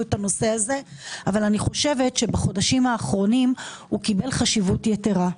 את הנושא הזה אבל חושבת שבחודשים האחרונים הוא קיבל חשיבות יתרה.